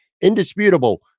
indisputable